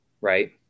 right